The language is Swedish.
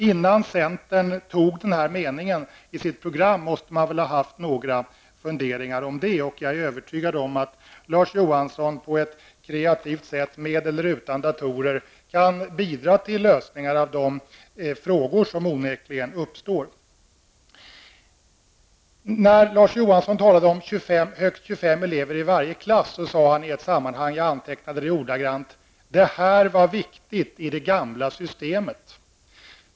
Innan man tog in meningen i sitt partiprogram måste man ha haft några funderingar om det. Jag är övertygad om att Larz Johansson på ett kreativt sätt, med eller utan datorer, kan bidra till lösningar av de frågor som onekligen uppstår. Larz Johansson talade om högst 25 elever i varje klass och sade i det sammanhanget -- jag antecknade det: ''Det här var viktigt i det gamla systemet.''